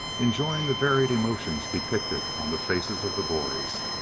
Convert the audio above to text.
enjoying the varied emotions depicted on the faces of the boys.